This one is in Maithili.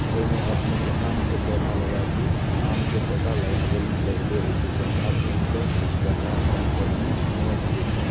जाहिमे अपनेके आमके पौधा लगा दियौ आमके पौधा लगाबयके पहिले ओहिके गड्ढा खुनि कऽ गड्ढा खुनि कऽ नीक माटि जे छै